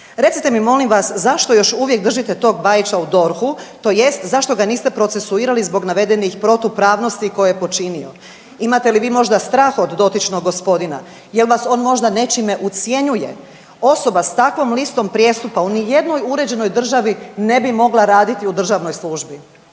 Recite mi, molim vas, zašto još uvijek držite tog Bajića u DORH-u, tj. zašto ga niste procesuirali zbog navedenih protupravnosti koje je učinio? Imate li vi možda strah od dotičnog gospodina? Je l' vas on možda nečime ucjenjuje? Osoba s takvom listom prijestupa u nijednoj uređenoj državi ne bi mogla raditi u državnoj službi.